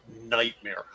nightmare